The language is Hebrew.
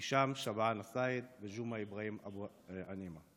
הישאם שעבאן א-סייד וג'ומעה אבראהים אבו ענימה.